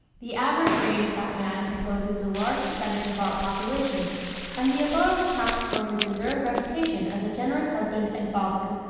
the average-brained fat man composes a large percentage of our population and the above accounts for his deserved reputation as a generous husband and father.